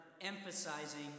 emphasizing